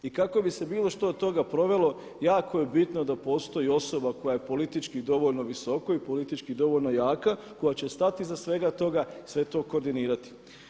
I kako bi se bilo što od toga provelo jako je bitno da postoji osoba koja je politički dovoljno visoko i politički dovoljno jaka koja će stati iza svega toga, sve to koordinirati.